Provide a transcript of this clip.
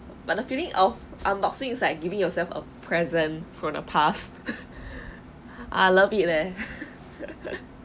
but the feeling of unboxing is like giving yourself a present from the past I love it leh